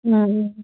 ꯎꯝ ꯎꯝ